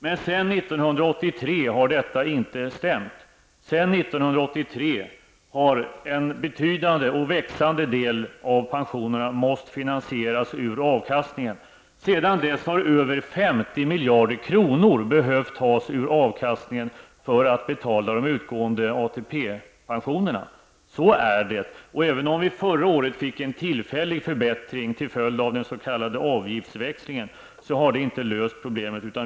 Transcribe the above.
Men sedan 1983 har detta inte stämt. Sedan 1983 har en betydande och växande del av pensionerna måst finansieras ur avkastningen. Sedan dess har över 50 miljarder kronor behövt tas ur avkastningen för att betala de utgående ATP-pensionerna. Så är det. Även om vi förra året fick en tillfällig förbättring till följd av den s.k. avgiftsväxlingen har det inte löst problemet.